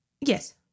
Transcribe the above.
Yes